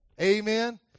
Amen